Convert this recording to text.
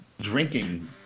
drinking